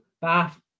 Bath